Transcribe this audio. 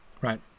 right